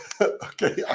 Okay